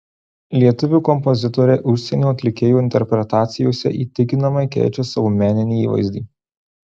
lietuvių kompozitoriai užsienio atlikėjų interpretacijose įtikinamai keičia savo meninį įvaizdį